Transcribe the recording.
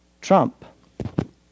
Trump